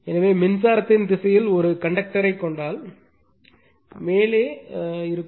எனவே மின்சாரத்தின் திசையில் ஒரு கண்டக்டரை கொண்டால் மேலே இருக்கும்